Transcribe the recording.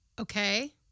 okay